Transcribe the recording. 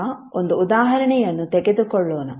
ಈಗ ಒಂದು ಉದಾಹರಣೆಯನ್ನು ತೆಗೆದುಕೊಳ್ಳೋಣ